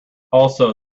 also